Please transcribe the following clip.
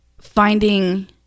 Finding